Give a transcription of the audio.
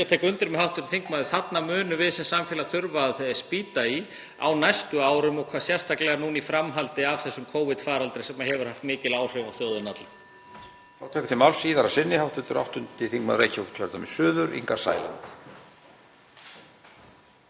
ég tek undir með hv. þingmanni að þarna munum við sem samfélag þurfa að spýta í á næstu árum og sérstaklega núna í framhaldi af þessum Covid-faraldri sem hefur haft mikil áhrif á þjóðina alla.